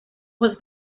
was